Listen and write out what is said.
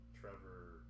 Trevor